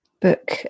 book